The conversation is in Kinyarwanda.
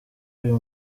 uyu